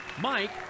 Mike